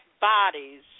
bodies